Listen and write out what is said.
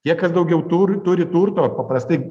tie kas daugiau tur turi turto paprastai